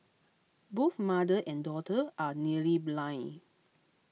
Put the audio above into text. both mother and daughter are nearly blind